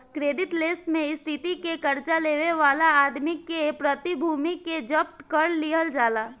credit less के स्थिति में कर्जा लेवे वाला आदमी के प्रतिभूति के जब्त कर लिहल जाला